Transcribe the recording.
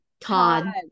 Todd